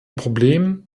problem